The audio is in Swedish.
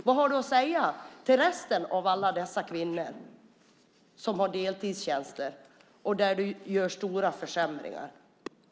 Vad har du att säga till resten av alla dessa kvinnor som har deltidstjänster som du gör stora försämringar för?